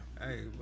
Hey